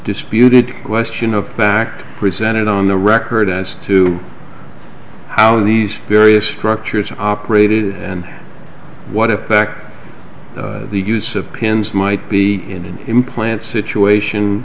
disputed question of fact presented on the record as to how these various structures operated and what effect the use of pins might be in an implant situation